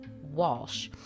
walsh